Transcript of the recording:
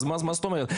אז מה זאת אומרת.